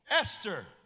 Esther